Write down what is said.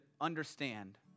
understand